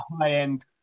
high-end